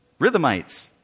Rhythmites